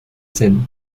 scène